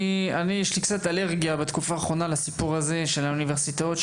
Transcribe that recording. יש לי קצת אלרגיה בתקופה האחרונה לסיפור הזה של האוניברסיטאות.